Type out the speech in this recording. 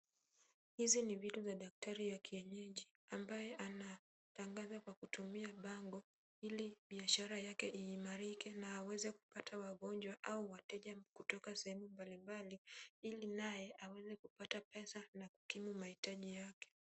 Hizi ni vitu vya daktari ya kienyeji ,ambaye anatangaza kwa kutumia bango ili biashara yake iimarike na aweze kupata wagonjwa au wateja kutoka sehemu mbalimbali ili naye aweze kupata pesa na kukimu mahitaji yake .